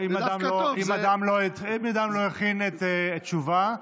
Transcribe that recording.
אם אדם לא הכין תשובה,